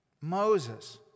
Moses